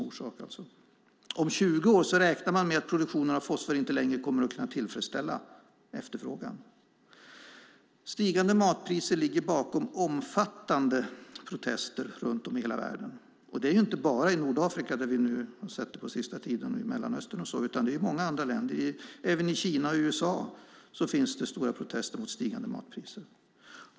Om 20 år räknar man med att produktionen av fosfor inte längre kan tillfredsställa efterfrågan. Stigande matpriser ligger bakom omfattande protester runt om i hela världen. Det är inte bara i Nordafrika och i Mellanöstern som vi har sett den senaste tiden utan det är i många andra länder. Även i Kina och i USA sker stora protester mot stigande matpriser.